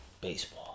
baseball